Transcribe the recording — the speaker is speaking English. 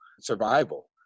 survival